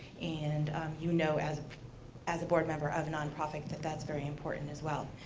and you know as as a board member of a non-profit that that's very important as well.